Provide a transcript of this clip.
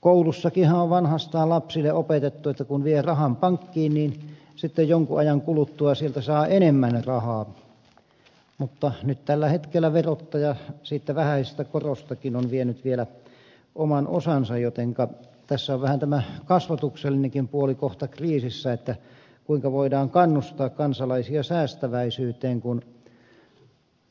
koulussakinhan on vanhastaan lapsille opetettu että kun vie rahan pankkiin niin sitten jonkun ajan kuluttua sieltä saa enemmän rahaa mutta nyt tällä hetkellä verottaja siitä vähäisestä korostakin on vienyt vielä oman osansa jotenka tässä on vähän tämä kasvatuksellinenkin puoli kohta kriisissä että kuinka voidaan kannustaa kansalaisia säästäväisyyteen kun